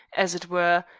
as it were,